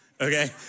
okay